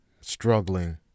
struggling